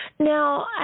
Now